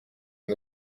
and